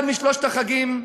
אחד משלושת החגים,